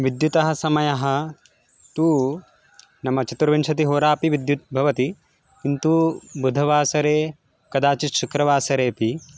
विद्युतः समयः तु नाम चतुर्विंशतिहोरा अपि विद्युत् भवति किन्तु बुधवासरे कदाचित् शुक्रवासरेपि